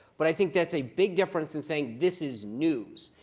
but i think that's a big difference than saying this is news,